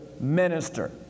minister